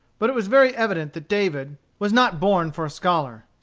but it was very evident that david was not born for a scholar.